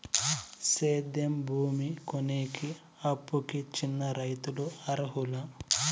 సేద్యం భూమి కొనేకి, అప్పుకి చిన్న రైతులు అర్హులా?